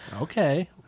Okay